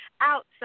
outside